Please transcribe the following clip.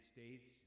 States